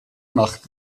nacht